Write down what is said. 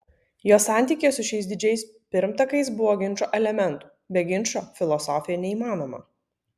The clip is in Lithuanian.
jo santykyje su šiais didžiais pirmtakais buvo ginčo elementų be ginčo filosofija neįmanoma